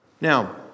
Now